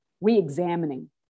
re-examining